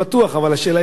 אבל השאלה היא מתי.